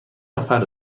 نفر